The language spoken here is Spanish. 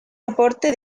aporte